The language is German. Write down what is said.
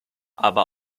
aber